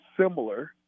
similar